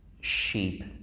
sheep